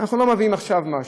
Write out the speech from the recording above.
אנחנו לא מביאים עכשיו משהו,